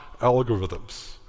algorithms